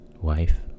wife